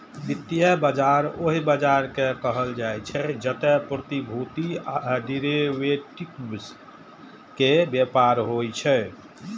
वित्तीय बाजार ओहि बाजार कें कहल जाइ छै, जतय प्रतिभूति आ डिरेवेटिव्स के व्यापार होइ छै